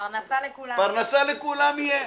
פרנסה לכולם יהיה.